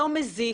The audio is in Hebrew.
הלא מזיק,